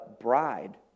bride